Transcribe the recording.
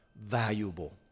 valuable